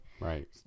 Right